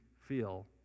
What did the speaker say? feel